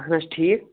اَہَن حظ ٹھیٖک